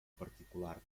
particular